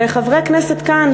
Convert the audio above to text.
וחברי כנסת כאן,